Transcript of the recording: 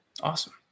Awesome